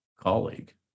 colleague